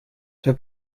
der